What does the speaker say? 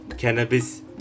cannabis